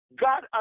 God